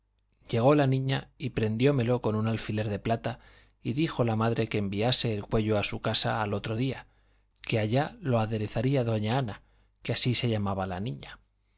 llegó la niña y prendiómelo con un alfiler de plata y dijo la madre que enviase el cuello a su casa al otro día que allá lo aderezaría doña ana que así se llamaba la niña